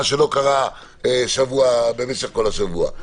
מה שלא קרה במשך כל השבוע.